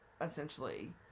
essentially